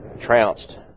trounced